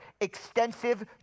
extensive